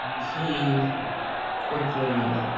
he quickly.